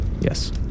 Yes